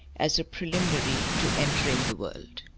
as a preliminary to entering the world.